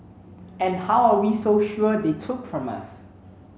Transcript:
and how are we so sure they took from us